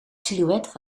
silhouet